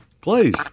Please